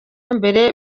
mbere